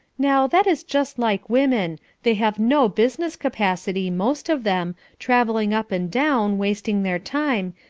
now, that is just like women they have no business capacity, most of them, travelling up and down, wasting their time,